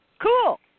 Cool